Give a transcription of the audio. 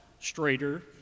straighter